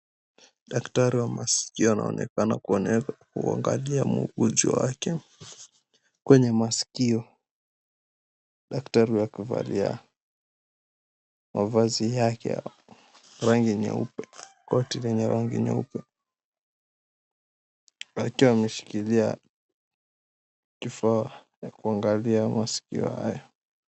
Daktari wa masikio anaonekana kuangalia mgonjwa wake kwenye masikio. Daktari huyu amevalia mavazi yake ya rangi nyeupe koti lenye rangi nyeupe akiwa ameshikilia kifaa ya kuangalia masikio hayo.